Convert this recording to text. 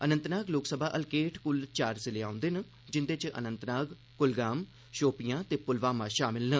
अनंतनाग लोकसभा हलके हेठ कुल चार जिले औंदे न जिंदे च अनंतनाग कुलगाम शोपियां ते पुलवामा शामिल न